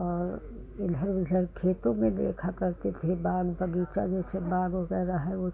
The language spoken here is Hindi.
और इधर इधर खेतों में देखा करते थे बाग़ बगीचा जैसे बाग वगैरह हैं यह सब